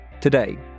Today